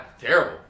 Terrible